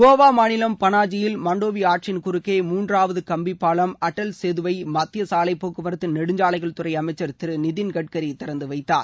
கோவா மாநிலம் பனாஜியில் மண்டோவி ஆற்றின் குறக்கே மூன்றாவது கம்பி பாலம் அதல் சேதுவை மத்திய சாலைப் போக்குவரத்து நெடுஞ்சாலைகள் துறை அமைச்சர் திரு நிதின் கட்கரி திறந்து வைத்தார்